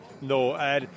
no